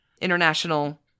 International